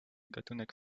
gatunek